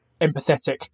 empathetic